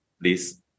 please